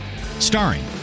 Starring